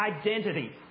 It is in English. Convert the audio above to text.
identity